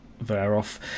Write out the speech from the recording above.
thereof